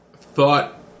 thought